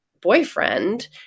boyfriend